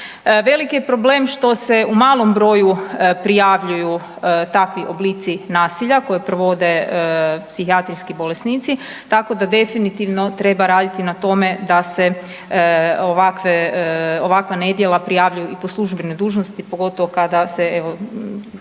Velik je problem što se u malom broju prijavljuju takvi oblici nasilja koje provode psihijatrijski bolesnici tako da definitivno treba raditi na tome da se ovakve, ovakva nedjela prijavljuju i po službenoj dužnosti pogotovo kada se evo